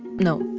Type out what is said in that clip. no